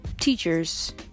teachers